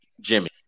Jimmy